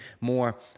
more